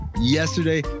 Yesterday